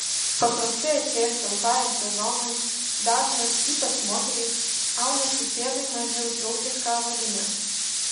paprastai atėjus šiltajam sezonui dažnas ypač moterys aunasi pėdai mažiau draugišką avalynę